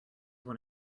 one